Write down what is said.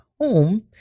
home